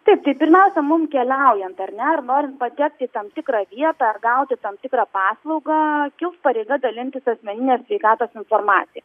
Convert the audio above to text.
taip tai pirmiausia mum keliaujant ar ne ar norint patekti į tam tikrą vietą ar gauti tam tikrą paslaugą kils pareiga dalintis asmenine sveikatos informacija